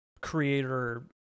creator